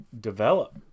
develop